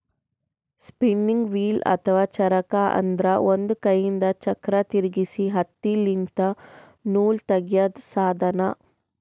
spinning wheel ಅಥವಾ ಚರಕ ಅಂದ್ರ ಒಂದ್ ಕೈಯಿಂದ್ ಚಕ್ರ್ ತಿರ್ಗಿಸಿ ಹತ್ತಿಲಿಂತ್ ನೂಲ್ ತಗ್ಯಾದ್ ಸಾಧನ